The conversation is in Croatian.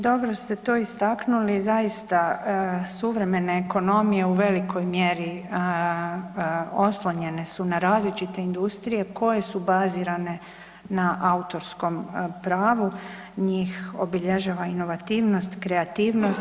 Dobro ste to istaknuli, zaista suvremene ekonomije u velikoj mjeri oslonjene su na različite industrije koje su bazirane na autorskom pravu, njih obilježava inovativnost i kreativnost.